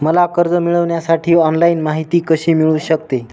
मला कर्ज मिळविण्यासाठी ऑनलाइन माहिती कशी मिळू शकते?